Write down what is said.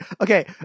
Okay